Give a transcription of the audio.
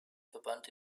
verband